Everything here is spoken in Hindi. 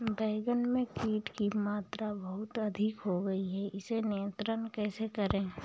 बैगन में कीट की मात्रा बहुत अधिक हो गई है इसे नियंत्रण कैसे करें?